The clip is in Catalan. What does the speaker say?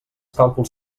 càlculs